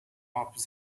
off